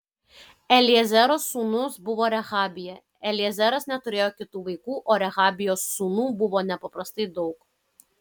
eliezero sūnus buvo rehabija eliezeras neturėjo kitų vaikų o rehabijos sūnų buvo nepaprastai daug